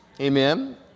Amen